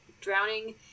drowning